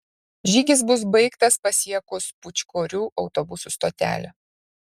žygis bus baigtas pasiekus pūčkorių autobusų stotelę